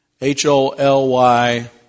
H-O-L-Y